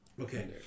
Okay